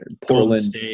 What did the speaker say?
Portland